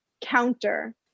counter